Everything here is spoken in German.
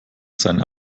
seine